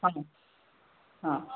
ହଁ ହଁ